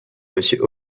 monsieur